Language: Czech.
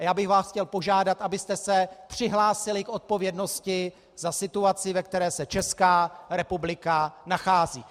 Já bych vás chtěl požádat, abyste se přihlásili k odpovědnosti za situaci, ve které se Česká republika nachází.